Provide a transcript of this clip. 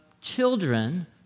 children